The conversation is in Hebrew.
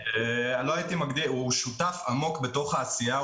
הוא שותף עמוק בתוך העשייה,